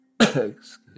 excuse